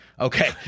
Okay